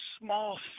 small